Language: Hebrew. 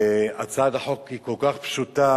והצעת החוק היא כל כך פשוטה,